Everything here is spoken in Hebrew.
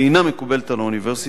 היא אינה מקובלת על האוניברסיטה,